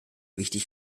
wichtig